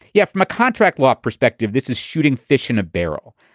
yeah, from a contract law perspective, this is shooting fish in a barrel.